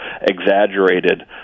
exaggerated